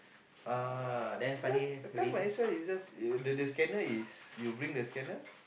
uh so that's then you might as well the scanner is you bring the scanner